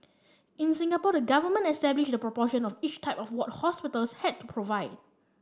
in Singapore the government established the proportion of each type of ward hospitals had to provide